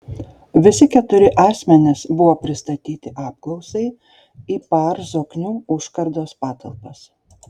visi keturi asmenys buvo pristatyti apklausai į par zoknių užkardos patalpas